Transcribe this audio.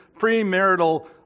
premarital